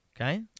okay